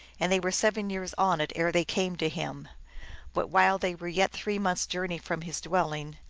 and they were seven years on it ere they came to him. but while they were yet three months journey from his dwelling,